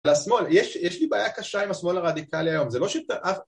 ‫לשמאל, יש לי בעיה קשה ‫עם השמאל הרדיקלי היום.